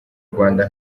rwanda